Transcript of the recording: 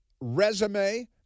resume